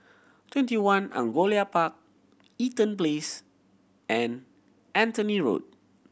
Twenty One Angullia Park Eaton Place and Anthony Road